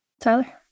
Tyler